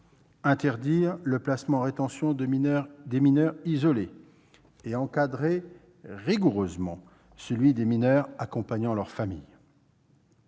interdire le placement en rétention des mineurs isolés et, enfin, à encadrer rigoureusement celui des mineurs accompagnant leur famille.